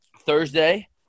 Thursday